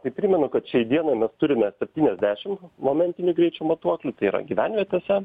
tai primenu kad šiai dienai mes turime septyniasdešim momentinių greičio matuoklių tai yra gyvenvietėse